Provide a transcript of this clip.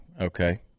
Okay